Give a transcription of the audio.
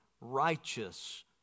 righteous